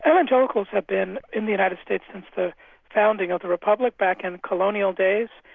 evangelicals have been in the united states since the founding of the republic back and in colonial days,